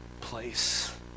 place